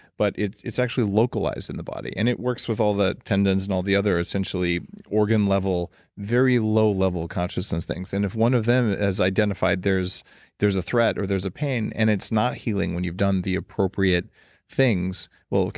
but it's it's actually localized in the body, and it works with all the tendons and all the essentially organ-level, very low-level consciousness things. and if one of them has identified there's there's a threat, or there's a pain, and it's not healing when you've done the appropriate things. well, okay,